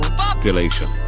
population